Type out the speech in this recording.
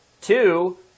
Two